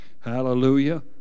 hallelujah